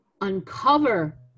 uncover